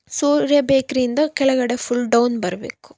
ಸೂರ್ಯ ಬೇಕ್ರಿಯಿಂದ ಕೆಳಗಡೆ full down ಬರಬೇಕು